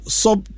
sub